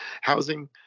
housing